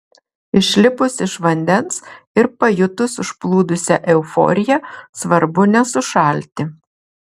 išlipus iš vandens ir pajutus užplūdusią euforiją svarbu nesušalti